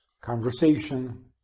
conversation